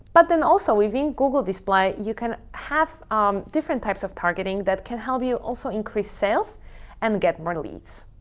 but then also within google display, you can have um different types of targeting that can help you also increase sales and get more leads.